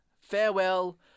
Farewell